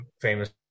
famous